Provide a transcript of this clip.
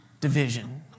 Division